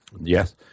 Yes